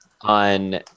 on